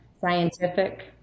scientific